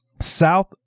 South